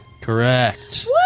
Correct